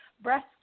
Breast